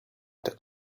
that